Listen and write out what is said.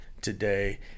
today